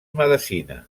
medicina